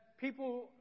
people